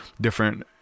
different